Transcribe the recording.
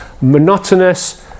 monotonous